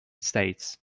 states